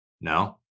No